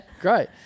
Great